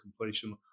completion